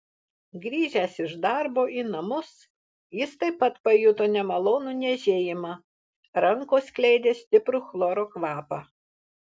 grįžęs iš darbo į namus jis taip pat pajuto nemalonų niežėjimą rankos skleidė stiprų chloro kvapą